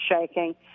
shaking